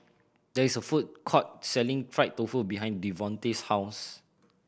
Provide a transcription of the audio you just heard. there is a food court selling fried tofu behind Devontae's house